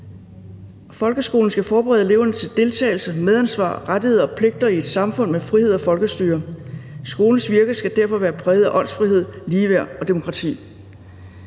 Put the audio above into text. Folkeskolen skal forberede eleverne til deltagelse, medansvar, rettigheder og pligter i et samfund med frihed og folkestyre. Skolens virke skal derfor være præget af åndsfrihed, ligeværd og demokrati.«